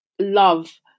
love